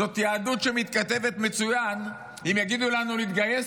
זאת יהדות שמתכתבת מצוין עם "אם יגידו לנו להתגייס,